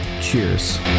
cheers